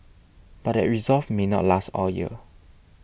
but that resolve may not last all year